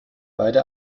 beide